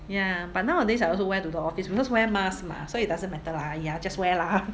ya but nowadays I also wear to the office because wear mask mah so it doesn't matter lah !aiya! just wear lah ha